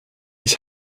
ich